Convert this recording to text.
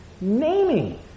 Naming